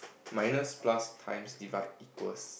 minus plus times divide equals